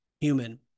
human